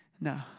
No